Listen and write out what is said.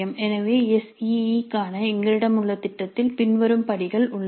எனவே S EE க்காக எங்களிடம் உள்ள திட்டத்தில் பின்வரும் படிகள் உள்ளன